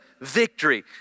victory